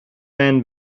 man